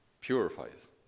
purifies